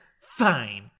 fine